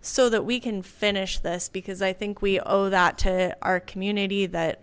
so that we can finish this because i think we owe that to our community that